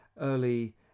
early